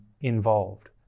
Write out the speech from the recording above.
involved